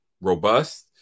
robust